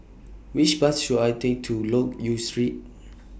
Which Bus should I Take to Loke Yew Street